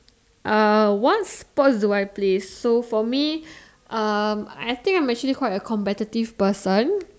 uh what sports do I play so for me um I think I'm actually quite a competitive person